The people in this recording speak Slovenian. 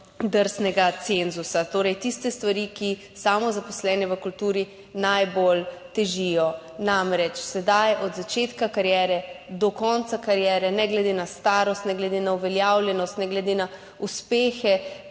drsnega cenzusa, torej tiste stvari, ki samozaposlene v kulturi najbolj težijo. Namreč, sedaj so od začetka kariere do konca kariere, ne glede na starost, ne glede na uveljavljenost, ne glede na uspehe